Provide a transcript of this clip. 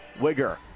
Wigger